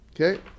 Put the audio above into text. Okay